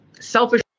selfish